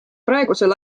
praegusel